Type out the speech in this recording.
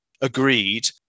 agreed